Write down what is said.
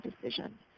decision